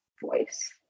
voice